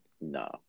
No